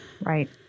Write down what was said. Right